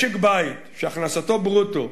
משק-בית שהכנסתו ברוטו